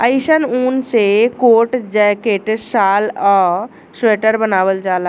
अइसन ऊन से कोट, जैकेट, शाल आ स्वेटर बनावल जाला